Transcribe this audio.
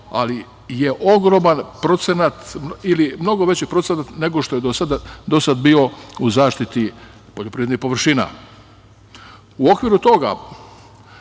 ali je ogroman procenat ili mnogo veći procenat nego što je do sada bio u zaštiti poljoprivrednih površina.U okviru toga